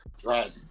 right